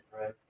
right